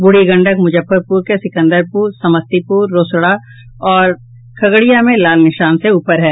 ब्रढ़ी गंडक मुजफ्फरपुर के सिंकदरपुर समस्तीपुर रोसड़ा और खगड़िया में लाल निशान के ऊपर है